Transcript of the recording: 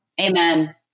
Amen